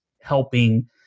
helping